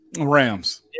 Rams